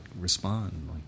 respond